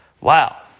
wow